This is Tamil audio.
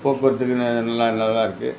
போக்குவரத்துக்கு ந நல்லா நல்லா இருக்கு